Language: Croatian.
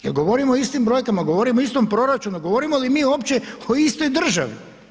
Jel govorimo o istim brojkama, govorimo o istom proračunu, govorimo li mi o istoj državi?